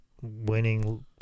winning